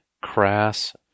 crass